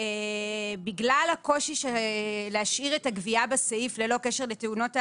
בגלל הקושי להשאיר את הגבייה בסעיף ללא קשר לתאונות העבודה,